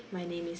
my name is